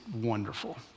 wonderful